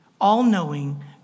all-knowing